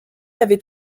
avait